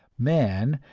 man,